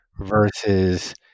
versus